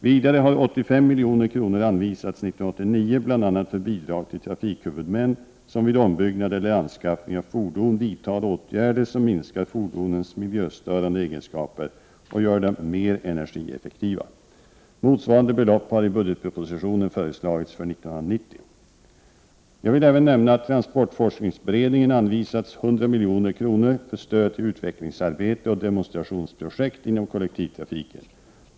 Vidare har 85 milj.kr. anvisats 1989 bl.a. för bidrag till trafikhuvudmän som vid ombyggnad eller anskaffning av fordon vidtar åtgärder som minskar fordonens miljöstörande egenskaper eller gör dem mer energieffektiva. Motsvarande belopp har i budgetpropositionen föreslagits för 1990. Jag vill även nämna att transportforskningsberedningen anvisats 100 milj.kr. för stöd till utvecklingsarbete och demonstrationsprojekt inom kollektivtrafiken.